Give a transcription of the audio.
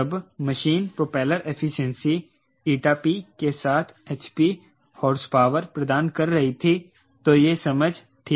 जब machine propeller efficiency np के साथ hp हॉर्सपावर प्रदान कर रही थी तो यह समझ ठीक है